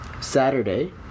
Saturday